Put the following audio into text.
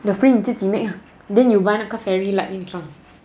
then frame you 自己 make ah then you buy 那个 fairy light then 你放